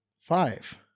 Five